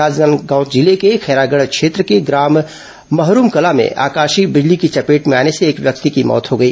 राजनांदगांव जिले के खैरागढ़ क्षेत्र के ग्राम महरूम कला में आकाशीय बिजली की चपेट में आने से एक व्यक्ति की मृत्यू हो गई